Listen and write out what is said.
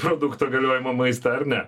produkto galiojimo maistą ar ne